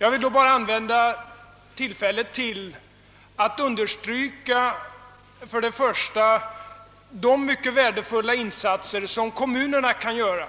Jag vill begagna tillfället att understryka först och främst de mycket värdefulla insatser som kommunerna kan göra